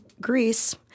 Greece